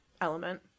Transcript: element